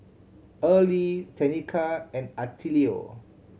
Erle Tenika and Attilio